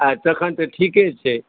आ तखन तऽ ठीके छै